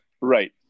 Right